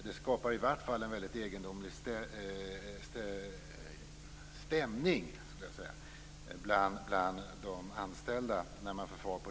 Det skapar i vart fall en väldigt egendomlig stämning bland de anställda.